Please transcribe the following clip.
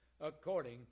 according